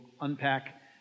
unpack